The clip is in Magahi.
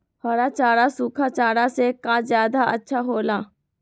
हरा चारा सूखा चारा से का ज्यादा अच्छा हो ला?